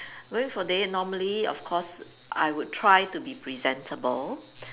going for a date normally of course I would try to be presentable